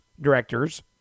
Directors